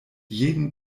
jeden